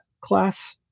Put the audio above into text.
class